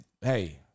hey